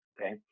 Okay